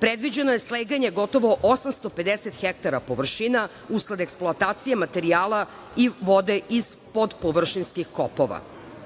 Predviđeno je sleganje gotovo 850 hektara površina uz eksploatacije materijala i vode iz podpovršinskih kopova.